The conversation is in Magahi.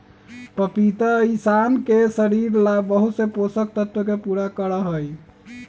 पपीता इंशान के शरीर ला बहुत से पोषक तत्व के पूरा करा हई